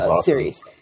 series